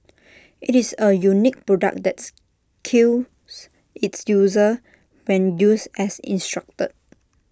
IT is A unique product that's kills its user when used as instructed